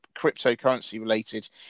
cryptocurrency-related